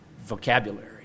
vocabulary